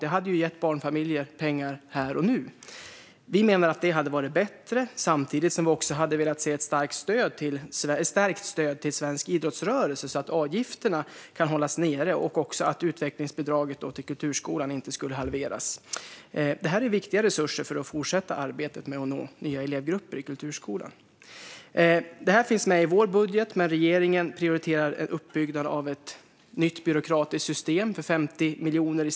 Det hade ju gett barnfamiljer pengar här och nu. Vi menar att det hade varit bättre. Vi hade samtidigt velat se ett stärkt stöd till svensk idrottsrörelse så att avgifterna kan hållas nere och också att utvecklingsbidraget till kulturskolan inte skulle halveras. Det här är viktiga resurser för att fortsätta arbetet med att nå nya elevgrupper i kulturskolan. Det här finns med i vår budget, men regeringen prioriterar i stället uppbyggnaden av ett nytt byråkratiskt system för 50 miljoner.